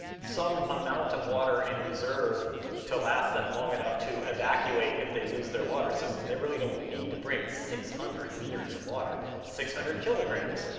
some amount of water in reserve to last them long enough to evacuate if they lose their water system. they really don't need to bring six hundred liters of water. that's six hundred kilograms.